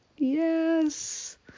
yes